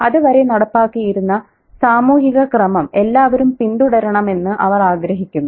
അത് വരെ നടപ്പാക്കിയിരിക്കുന്ന സാമൂഹിക ക്രമം എല്ലാവരും പിന്തുടരണമെന്ന് അവർ ആഗ്രഹിക്കുന്നു